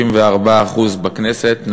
54% בכנסת,